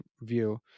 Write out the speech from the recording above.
view